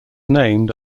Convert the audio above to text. named